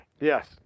Yes